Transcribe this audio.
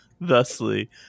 thusly